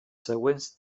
següents